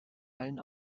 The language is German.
allen